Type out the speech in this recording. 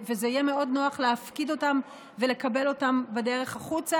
וזה יהיה נוח מאוד להפקיד אותם ולקבל אותם בדרך החוצה.